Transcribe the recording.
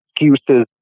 excuses